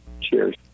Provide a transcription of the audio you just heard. Cheers